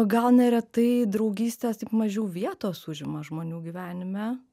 gal neretai draugystės taip mažiau vietos užima žmonių gyvenime